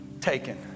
Taken